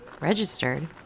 Registered